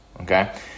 Okay